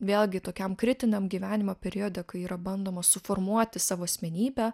vėlgi tokiam kritiniam gyvenimo periode kai yra bandoma suformuoti savo asmenybę